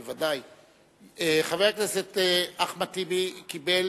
חבר הכנסת אחמד טיבי קיבל,